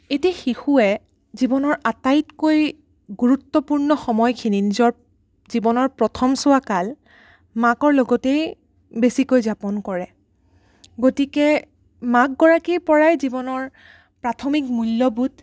এটি শিশুৱে জীৱনৰ আটাইতকৈ গুৰুত্বপূৰ্ণ সময়খিনিত নিজৰ জীৱনৰ প্ৰথমছোৱা কাল মাকৰ লগতেই বেছিকৈ যাপন কৰে গতিকে মাক গৰাকীৰপৰাই জীৱনৰ প্ৰাথমিক মূল্যবোধ